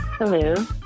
Hello